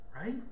Right